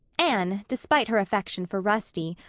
anne, despite her affection for rusty,